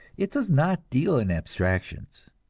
it does not deal in abstractions.